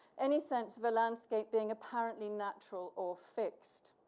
any sense of a landscape being apparently natural or fixed.